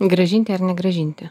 grąžinti ar negrąžinti